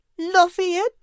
Lafayette